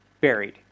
buried